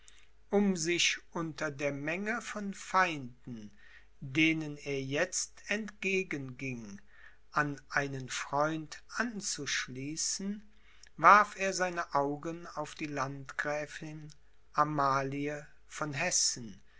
um sich unter der menge von feinden denen er jetzt entgegen ging an einen freund anzuschließen warf er seine augen auf die landgräfin amalie von hessen